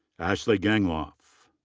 ashley gangloff.